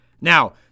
Now